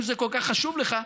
אם זה כל כך חשוב לך,